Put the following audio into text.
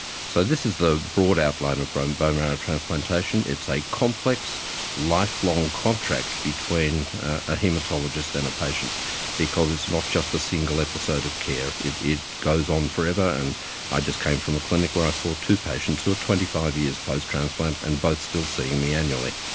so this is the broad outline and of bone marrow transplantation. it's a complex lifelong contract between a haematologist and a patient because it's not just a single episode of care, it it goes on forever. and i just came from a clinic where i saw two patients who are twenty five years post-transplant and both still seeing me annually.